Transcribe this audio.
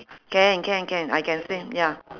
can can can I can swim ya